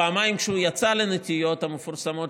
פעמיים כשהוא יצא לנטיעות המפורסמות,